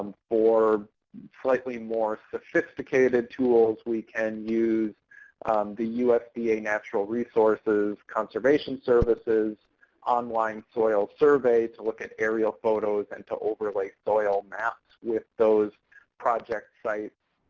for slightly more sophisticated tools, we can use the usda natural resources conservation services online soil surveys to look at aerial photos and to overlay soil maps with those project sites.